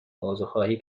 عذرخواهی